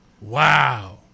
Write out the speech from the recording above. Wow